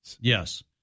Yes